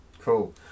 cool